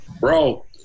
Bro